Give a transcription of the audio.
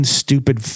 stupid